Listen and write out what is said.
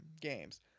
games